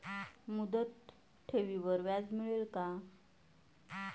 मुदत ठेवीवर व्याज मिळेल का?